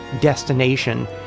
destination